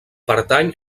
pertany